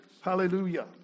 Hallelujah